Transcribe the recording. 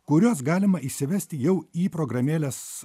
kuriuos galima įsivesti jau į programėles